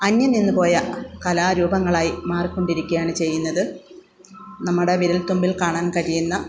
അന്യംനിന്നുപോയ കലാരൂപങ്ങളായി മാറിക്കൊണ്ടിരിക്കുകയാണ് ചെയ്യുന്നത് നമ്മുടെ വിരൽത്തുമ്പിൽ കാണാൻ കഴിയുന്ന